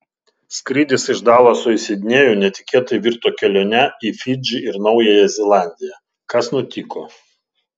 skrydis iš dalaso į sidnėjų netikėtai virto kelione į fidžį ir naująją zelandiją kas nutiko